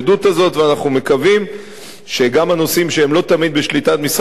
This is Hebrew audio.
ואנחנו מקווים שגם הנושאים שהם לא תמיד בשליטת משרד הבריאות,